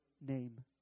name